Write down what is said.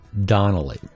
Donnelly